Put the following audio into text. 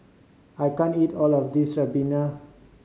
I can't eat all of this ribena